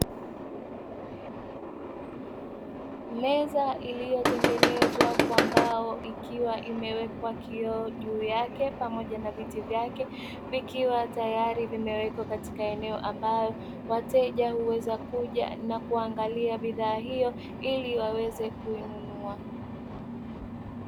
Meza iliyotengenezwa kwa mbao ikiwa imewekwa kioo juu yake pamoja na viti vyake vikiwa tayari vimewekwa katika eneo ambalo wateja huweza kuja na kuangalia bidhaa hiyo ili waweze kuinunua.